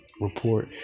report